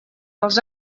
els